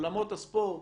אולמות הספורט